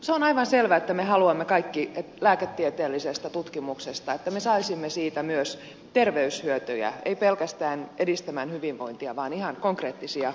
se on aivan selvä että me haluamme kaikki että me saisimme lääketieteellisestä tutkimuksesta myös terveyshyötyjä ei pelkästään edistämään hyvinvointia vaan ihan konkreettisia terveyshyötyjä